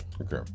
Okay